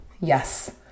Yes